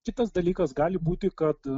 kitas dalykas gali būti kad